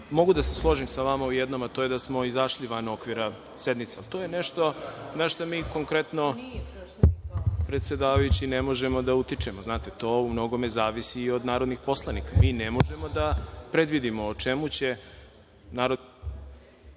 (Da.)Mogu da se složim sa vama u jednom, a to je da smo izašli van okvira sednice. To je nešto na šta mi predsedavajući ne možemo da utičemo, to u mnogome zavisi i od narodnih poslanika. Mi ne možemo da predvidimo o čemu će narodni